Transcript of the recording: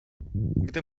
gdy